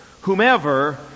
whomever